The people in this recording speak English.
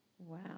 Wow